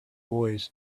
boys